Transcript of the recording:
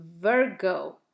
Virgo